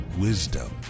wisdom